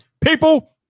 people